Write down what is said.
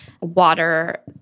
water